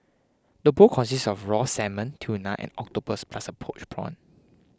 the bowl consists of raw salmon tuna and octopus plus a poached prawn